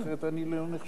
נכסים של נספי השואה (השבה ליורשים והקדשה למטרות סיוע והנצחה)